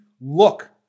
look